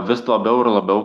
vis labiau ir labiau kiek